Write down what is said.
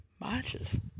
...matches